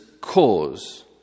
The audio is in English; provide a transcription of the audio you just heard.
cause